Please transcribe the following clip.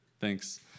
Thanks